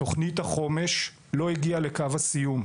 תוכנית החומש לא הגיעה לקו הסיום.